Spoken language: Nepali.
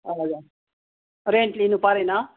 हजुर रेन्ट लिनुपरेन